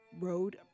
road